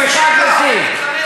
סליחה, גברתי.